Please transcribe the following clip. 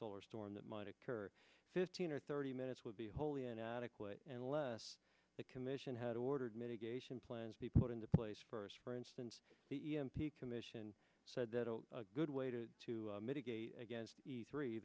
solar storm that might occur fifteen or thirty minutes would be wholly inadequate and less the commission had ordered mitigation plans be put into place first for instance the e m p commission said that a good way to to mitigate against the three